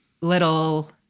little